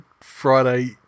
Friday